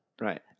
Right